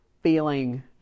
feeling